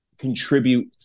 contribute